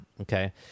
Okay